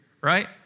right